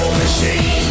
machine